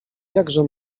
jakże